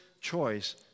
choice